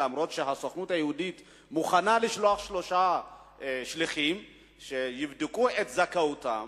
למרות שהסוכנות היהודית מוכנה לשלוח שלושה שליחים שיבדקו את זכאותם.